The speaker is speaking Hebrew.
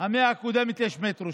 המאה הקודמת יש מטרו,